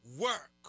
work